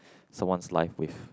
someone's life with